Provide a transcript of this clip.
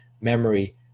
memory